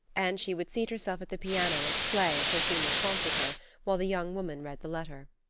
and she would seat herself at the piano and play as her humor prompted her while the young woman read the letter.